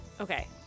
Okay